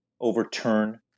overturn